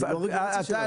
זו לא רגולציה שלנו.